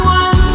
one